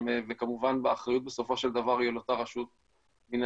וכמובן האחריות בסופו של דבר היא על אותה רשות מינהלית.